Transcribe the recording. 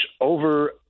over